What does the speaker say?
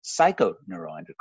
psychoneuroendocrine